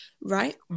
Right